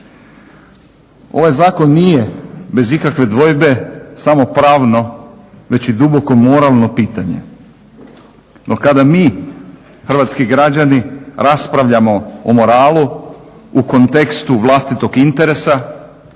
Ovaj zakon nije bez ikakve dvojbe samo pravno već i duboko moralno pitanje. No kada mi hrvatski građani raspravljamo o moralu u kontekstu vlastitog interesa,